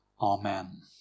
Amen